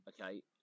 okay